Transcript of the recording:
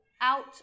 out